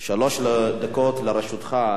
שלוש דקות לרשותך.